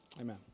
Amen